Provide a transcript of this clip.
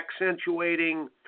accentuating